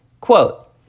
Quote